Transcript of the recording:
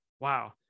wow